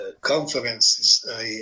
conferences